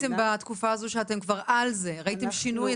ובתקופה הזו שאתם כבר על זה, ראיתם שינוי?